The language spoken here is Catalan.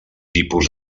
tipus